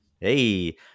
Hey